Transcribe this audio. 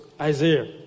isaiah